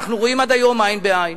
אנחנו רואים עד היום עין בעין.